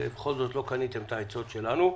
ובכל זאת לא קניתם את העצות שלנו,